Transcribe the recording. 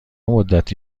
مدتی